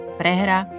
prehra